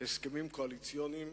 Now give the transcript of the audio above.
הסכמים קואליציוניים